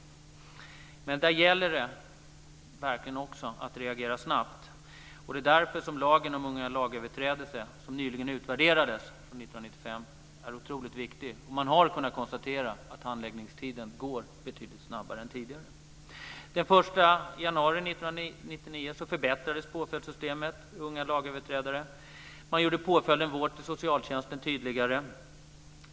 Men där gäller det verkligen också att reagera snabbt. Det är därför som lagen om unga lagöverträdare, som utvärderades 1995, är otroligt viktig. Man har kunnat konstatera att handläggningstiderna är betydligt kortare än tidigare. Den 1 januari 1999 förbättrades påföljdssystemet för unga lagöverträdare. Man gjorde påföljden vård i socialtjänsten tydligare.